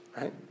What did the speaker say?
Right